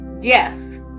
Yes